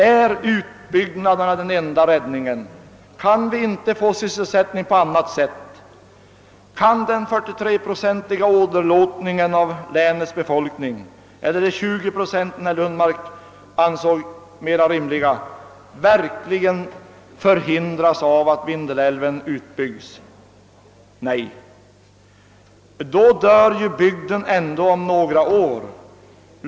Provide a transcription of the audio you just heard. Är utbyggnad den enda räddningen? Kan vi inte få sysselsättning på annat sätt? Kan den 43-procentiga åderlåtningen av länets befolkning — eller den 20-procentiga minskning som herr Lundmark förordade som mera rimlig — verkligen förhindras av en utbyggnad av Vindel älven? Nej! Ty då dör ju bygden ändå ut om några år.